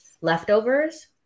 leftovers